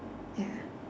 ya